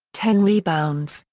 ten rebounds,